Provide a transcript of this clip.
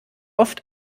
oft